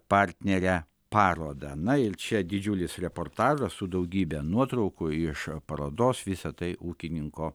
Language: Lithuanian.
partnerę parodą na ir čia didžiulis reportažas su daugybe nuotraukų iš parodos visa tai ūkininko